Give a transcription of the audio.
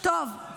זה לא קשור.